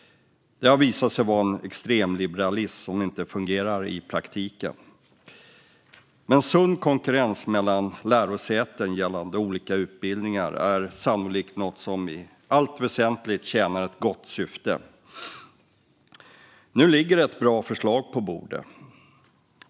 Det har visat sig vara en extremliberalism som inte fungerar i praktiken. Men sund konkurrens mellan lärosäten gällande olika utbildningar är sannolikt något som i allt väsentligt tjänar ett gott syfte. Nu ligger det ett bra förslag på bordet.